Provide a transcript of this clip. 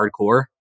hardcore